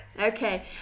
Okay